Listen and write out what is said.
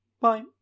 Bye